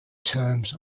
terms